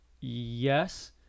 yes